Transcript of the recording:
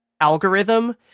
algorithm